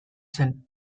zen